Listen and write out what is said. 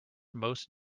most